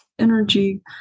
energy